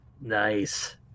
Nice